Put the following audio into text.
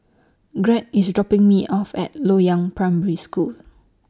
Greg IS dropping Me off At Loyang Primary School